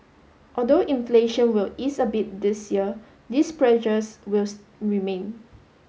although inflation will ease a bit this year these pressures remain